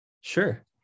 Sure